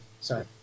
Sorry